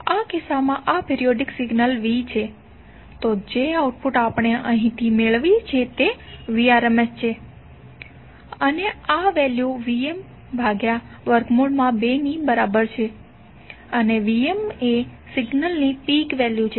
આ કિસ્સામાં આ પિરીયોડીક સિગ્નલ V છે તો જે આઉટપુટ આપણે અહીંથી મેળવીએ છીએ તે Vrms છે અને આ વેલ્યુ Vm2 ની બરાબર છે અને Vm એ સિગ્નલની પીક વેલ્યુ છે